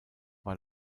war